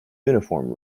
uniform